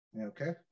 Okay